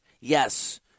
Yes